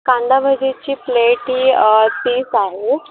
कांदा भजीची प्लेट ही तीस आहे